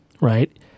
right